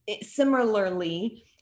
similarly